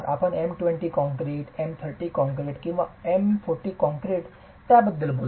आपण M20 concrete M30 concrete किंवा M40 concrete किंवा त्याबद्दल बोलता